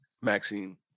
Maxine